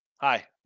Hi